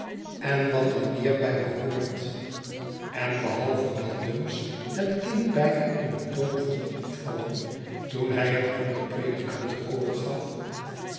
en wat er meer bij behoort en behalve dat dumps het kind bijna in het doopvont liet vallen toen hij het aan den predikant over gaf